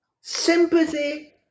sympathy